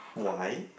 why